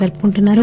జరుపుకుంటున్నారు